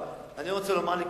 אני רוצה לומר לכולם: